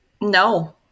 No